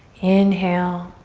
inhale.